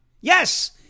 yes